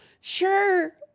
sure